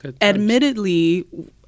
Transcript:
admittedly